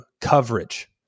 coverage